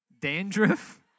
Dandruff